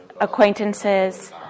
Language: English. acquaintances